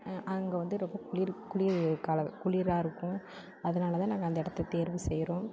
அங்கே வந்து ரொம்ப குளிர் குளிர் கால குளிராக இருக்கும் அதனால் தான் நாங்கள் அந்த இடத்த தேர்வு செய்கிறோம்